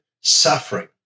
suffering